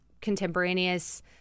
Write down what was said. contemporaneous